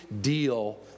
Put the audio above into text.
deal